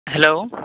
hello